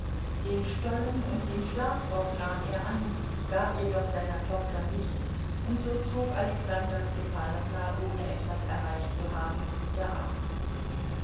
den stollen und den schlafrock nahm er an gab jedoch seiner tochter nichts und so zog alexandra stepanowna ohne etwas erreicht zu haben wieder ab